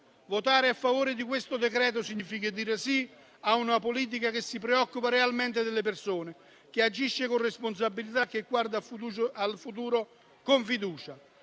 Votare a favore di questo decreto-legge significa dire sì a una politica che si preoccupa realmente delle persone, che agisce con responsabilità e guarda al futuro con fiducia.